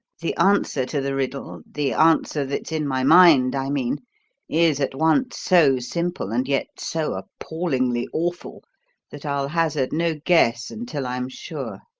the answer to the riddle the answer that's in my mind, i mean is at once so simple and yet so appallingly awful that i'll hazard no guess until i'm sure.